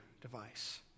device